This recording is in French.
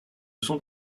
sont